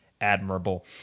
admirable